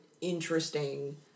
interesting